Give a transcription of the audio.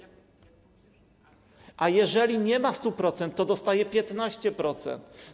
A jeżeli nie ma 100%, to dostaje 15%.